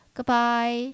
Goodbye